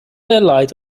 allied